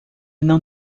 não